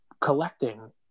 collecting